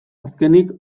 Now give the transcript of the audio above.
azkenik